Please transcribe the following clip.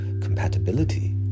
compatibility